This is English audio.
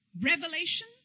revelation